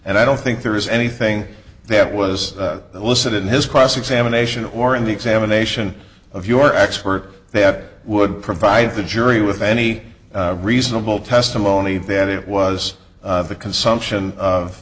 and i don't think there is anything that was elicited in his cross examination or in the examination of your expert that would provide the jury with any reasonable testimony that it was the consumption of